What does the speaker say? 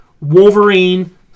Wolverine